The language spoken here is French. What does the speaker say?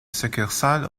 succursale